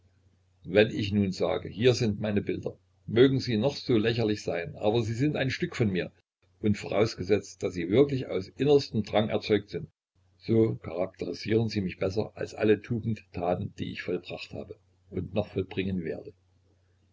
wenn ich nun sage hier sind meine bilder mögen sie noch so lächerlich sein aber sie sind ein stück von mir und voraus gesetzt daß sie wirklich aus innerstem drang erzeugt sind so charakterisieren sie mich besser als alle tugendtaten die ich vollbracht habe und noch vollbringen werde